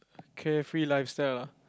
carefree lifestyle